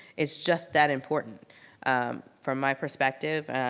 it's just that important from my perspective.